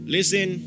Listen